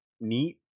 neat